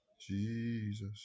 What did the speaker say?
Jesus